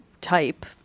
type